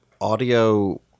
audio